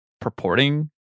purporting